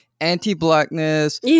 anti-blackness